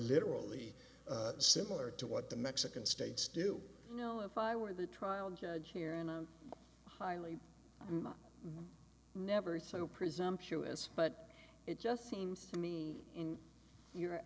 literally similar to what the mexican states do you know if i were the trial judge here in a highly i'm never so presumptuous but it just seems to me in your